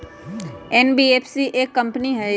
NBFC एक company हई?